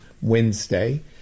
Wednesday